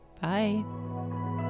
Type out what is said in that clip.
bye